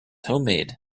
homemade